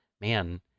man